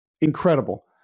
incredible